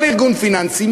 כל ארגון פיננסי,